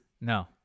No